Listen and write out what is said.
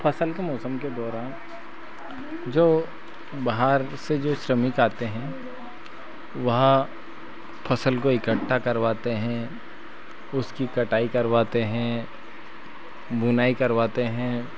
फसल के मौसम के दौरान जो बाहर से जो श्रमिक आते हैं वह फ़सल को इकट्ठा करवाते हैं उसकी कटाई करवाते हैं बुनाई करवाते हैं